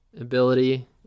ability